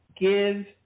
Give